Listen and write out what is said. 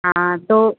हाँ तो